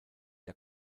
der